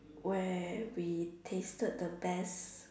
where we tasted the best